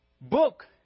book